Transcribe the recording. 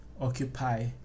occupy